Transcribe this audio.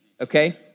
Okay